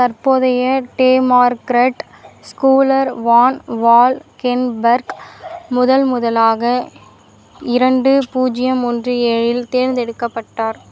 தற்போதைய Democrat Schuyler Van Valkenburg முதன் முதலாக இரண்டு பூஜ்யம் ஒன்று ஏழில் தேர்ந்தெடுக்கப்பட்டார்